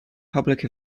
public